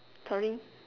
sorry